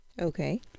Okay